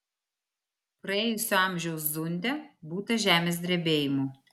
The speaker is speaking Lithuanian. praėjusio amžiaus zunde būta žemės drebėjimų